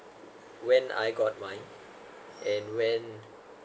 when I got mine and when